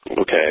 Okay